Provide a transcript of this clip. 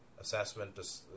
assessment